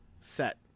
set